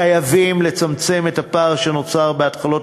חייבים לצמצם את הפער שנוצר בהתחלות